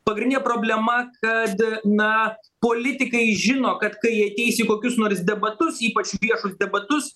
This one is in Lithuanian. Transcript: pagrindinė problema kad na politikai žino kad kai ateis į kokius nors debatus ypač viešus debatus